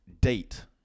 date